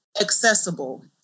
accessible